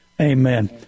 Amen